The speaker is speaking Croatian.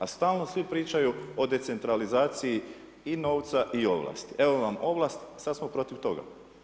A stalno svi pričaju o decentralizaciji i novca i ovlasti, evo vam ovlast sad smo protiv toga.